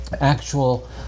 actual